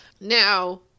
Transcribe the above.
Now